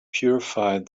purified